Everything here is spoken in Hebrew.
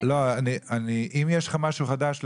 אז אנשים פה התרגשו.